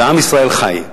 ועם ישראל חי.